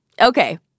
Okay